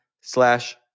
slash